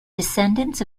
descendants